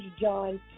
John